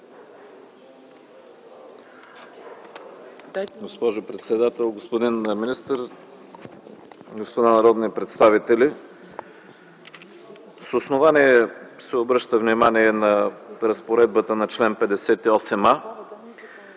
госпожо председател, госпожо министър, дами и господа народни представители! С основание се обръща внимание на разпоредбата на чл. 58а.